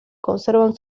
conservan